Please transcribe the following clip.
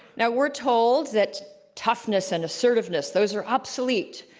now, we're told that toughness and assertiveness, those are obsolete,